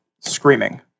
screaming